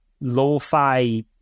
lo-fi